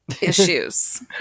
issues